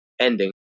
ending